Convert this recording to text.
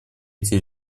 эти